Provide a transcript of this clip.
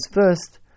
first